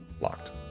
locked